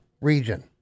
region